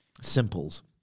Simples